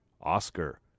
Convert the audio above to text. Oscar